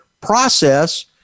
process